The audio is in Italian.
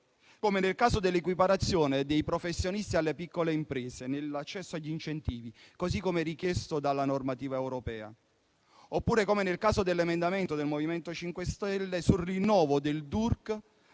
come nel caso dell'equiparazione dei professionisti alle piccole imprese nell'accesso agli incentivi, così come richiesto dalla normativa europea; oppure, come nel caso dell'emendamento del MoVimento 5 Stelle, sul rinnovo del DURC